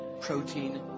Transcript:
protein